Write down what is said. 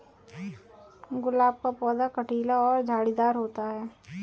गुलाब का पौधा कटीला और झाड़ीदार होता है